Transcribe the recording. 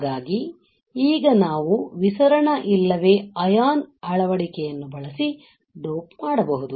ಹಾಗಾಗಿ ಈಗ ನಾವು ವಿಸರಣ ಇಲ್ಲವೇ ಅಯಾನ್ ಅಳವಡಿಕೆಯನ್ನು ಬಳಸಿ ಡೋಪ್ ಮಾಡಬಹುದು